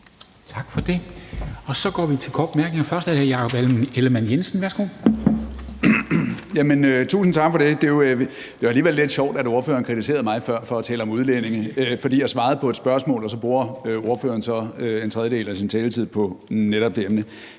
Tak for det. Og så går vi til de korte bemærkninger. Først er det hr. Jakob Ellemann-Jensen. Værsgo. Kl. 14:23 Jakob Ellemann-Jensen (V): Tusind tak for det. Det er jo alligevel lidt sjovt, at ordføreren kritiserede mig før for at tale om udlændinge, fordi jeg svarede på et spørgsmål, og så bruger ordføreren så en tredjedel af sin taletid på netop det emne.